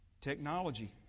Technology